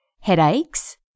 headaches